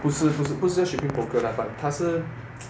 不是不是不是 shipping broker lah but 它是